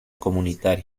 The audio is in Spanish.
comunitario